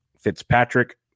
Fitzpatrick